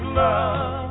love